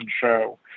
show